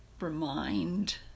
remind